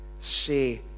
say